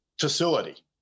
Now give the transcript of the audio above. facility